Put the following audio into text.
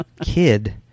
kid